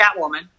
Catwoman